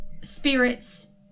spirits